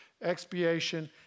expiation